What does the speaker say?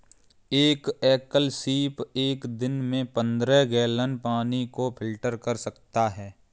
एक एकल सीप एक दिन में पन्द्रह गैलन पानी को फिल्टर कर सकता है